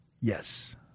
Yes